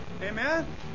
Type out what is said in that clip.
Amen